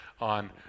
on